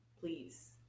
Please